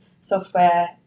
software